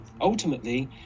ultimately